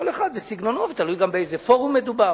כל אחד וסגנונו, ותלוי גם באיזה פורום מדובר.